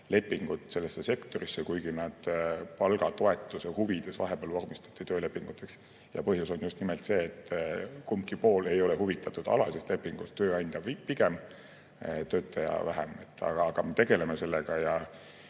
võlaõiguslepingud sellesse sektorisse, kuigi nad palgatoetuse huvides vahepeal vormistati töölepinguteks. Põhjus on just nimelt see, et kumbki pool ei ole huvitatud alalisest lepingust, tööandja pigem [rohkem], töötaja vähem. Aga me tegeleme sellega.